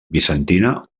bizantina